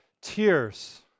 tears